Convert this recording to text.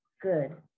good